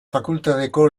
fakultateko